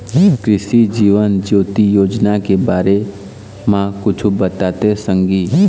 कृसि जीवन ज्योति योजना के बारे म कुछु बताते संगी